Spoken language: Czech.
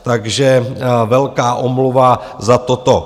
Takže velká omluva za toto.